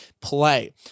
play